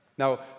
Now